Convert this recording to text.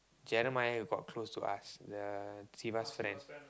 Jeremiah got close to us the Siva's friend